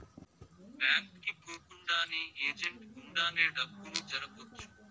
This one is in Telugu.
బ్యాంక్ కి పోకుండానే ఏజెంట్ గుండానే డబ్బులు ఏసేది తీసేది జరపొచ్చు